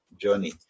journey